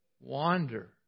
wander